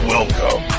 Welcome